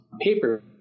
paper